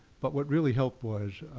but what really helped was,